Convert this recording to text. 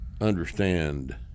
understand